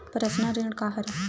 Personal ऋण का हरय?